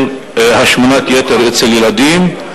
של השמנת יתר אצל ילדים,